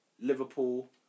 Liverpool